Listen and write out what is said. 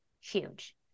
huge